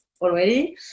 already